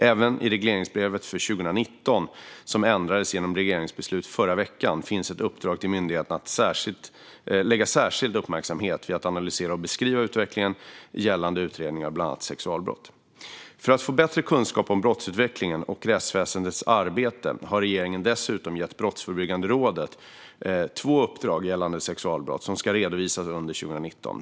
Även i regleringsbreven för 2019, som ändrades genom regeringsbeslut förra veckan, finns ett uppdrag till myndigheterna att lägga särskild uppmärksamhet vid att analysera och beskriva utvecklingen gällande utredningar av bland annat sexualbrott. För att få bättre kunskap om brottsutvecklingen och rättsväsendets arbete har regeringen dessutom gett Brottsförebyggande rådet, Brå, två uppdrag gällande sexualbrott, som ska redovisas under 2019.